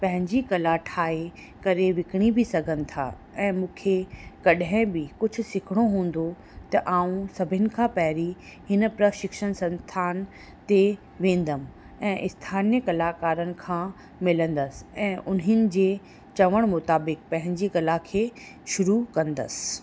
पंहिंजी कला ठाहे करे विकिणी बि सघनि था ऐं मूंखे कॾहिं बि कुझु सिखिणो हूंदो त आउं सभिनी खां पहिरीं हिन प्रशिक्षण संस्थान ते वेंदमि ऐं इस्थानिय कलाकारनि खां मिलंदसि ऐं उन्हीअ जे चवण मुताबिक पंहिंजी कला खे शुरू कंदसि